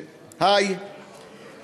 היי,